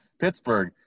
Pittsburgh